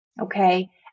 Okay